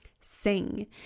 sing